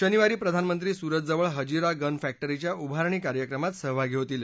शनिवारी प्रधानमंत्री सूरतजवळ हजिरा गन फक्टिरीच्या उभारणी कार्यक्रमात सहभागी होतील